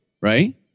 right